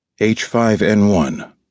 H5N1